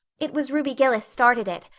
it was ruby gillis started it.